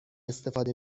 استفاده